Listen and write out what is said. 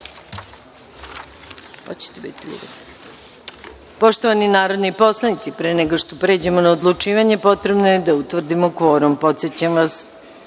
u Jedanaestom sazivu. Poštovani narodni poslanici, pre nego što pređemo na odlučivanje potrebno je da utvrdimo kvorum. Podsećam vas